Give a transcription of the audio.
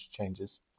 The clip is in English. changes